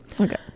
Okay